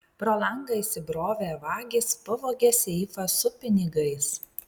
pro langą įsibrovę vagys pavogė seifą su pinigais